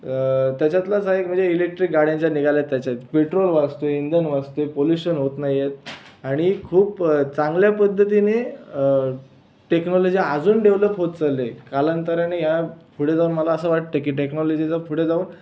त्याच्यातलाच हा एक म्हणजे इलेक्ट्रिक गाड्या ज्या निघाल्यात त्याच्यात पेट्रोल वाचत आहे इंधन वाचत आहे पोल्युशन होत नाहीआहेत आणि खूप चांगल्या पद्धतीने टेक्नॉलॉजी अजून डेव्हलप होत चालली आहे कालांतराने ह्यापुढं जाऊन मला असं वाटत आहे की टेक्नोलॉजी जर पुढं जाऊन